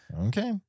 Okay